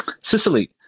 Sicily